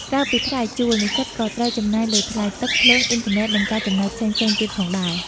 ក្រៅពីថ្លៃជួល និស្សិតក៏ត្រូវចំណាយលើថ្លៃទឹក ភ្លើង អុីនធឺណេត និងការចំណាយផ្សេងៗទៀតផងដែរ។